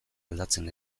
aldatzen